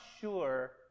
sure